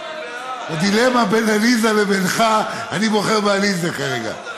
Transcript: בדילמה בין עליזה לבינך, אני בוחר בעליזה כרגע.